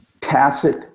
tacit